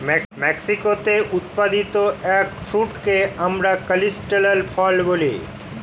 মেক্সিকোতে উৎপাদিত এগ ফ্রুটকে আমরা ক্যানিস্টেল ফল বলি